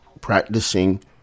practicing